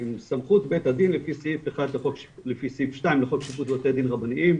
סמכות בית הדין לפי סעיף 2 לחוק שיפוט בבתי הדין הרבניים: